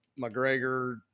McGregor